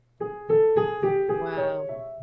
Wow